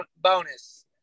bonus